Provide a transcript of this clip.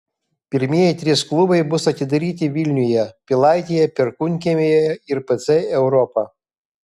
pirmieji trys klubai bus atidaryti vilniuje pilaitėje perkūnkiemyje ir pc europa